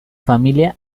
familia